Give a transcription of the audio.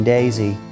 Daisy